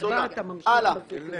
הלאה.